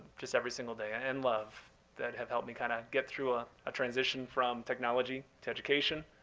just every single day ah and love that have helped me kind of get through a ah transition from technology to education,